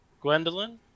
Gwendolyn